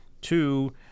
Two